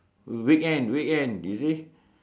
weekend weekend you see